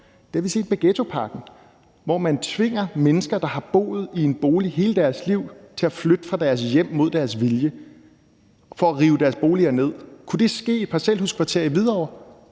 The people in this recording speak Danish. Det har vi set med ghettopakken, hvor man tvinger mennesker, der har boet i en bolig hele deres liv, til at flytte fra deres hjem mod deres vilje for at rive deres boliger ned. Kunne det ske i et parcelhuskvarter i Hvidovre?